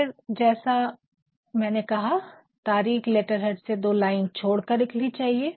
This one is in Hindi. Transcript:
फिर जैसा मैंने कहा तारिख लेटरहेड से दो लाइन छोड़कर लिखनी चाहिए